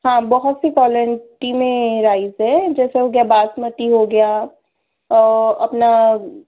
हाँ बहुत से पहलेटी में राइस है जैसा हो गया बासमती हो गया और अपना